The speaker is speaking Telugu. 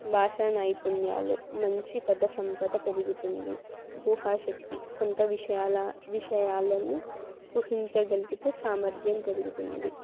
భాషా నైపుణ్యాలు మంచి పద సంపద పెరుగుతుంది ఊహా శక్తి కొత్త విషయాల విషయాలను ఊహించగలిగే సామర్థ్యం పెరుగుతుంది